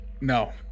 No